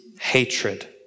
hatred